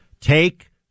Take